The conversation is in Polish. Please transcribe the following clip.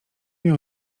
miał